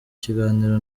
kiganiro